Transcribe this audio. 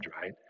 right